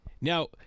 Now